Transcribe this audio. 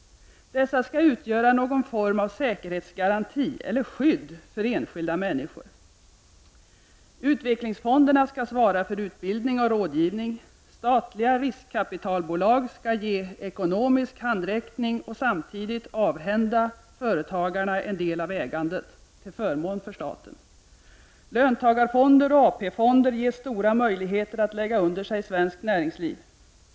Dessa skall utgöra någon form av säkerhetsgaranti eller skydd för enskilda människor. Utvecklingsfonderna skall svara för utbildning och rådgivning, statliga riskkapitalbolag skall ge ekonomisk handräckning och samtidigt avhända företagarna en del av ägandet till förmån för staten. Löntagarfonder och AP-fonder ges stora möjligheter att lägga under sig svenskt nä ringsliv.